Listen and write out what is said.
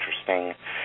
Interesting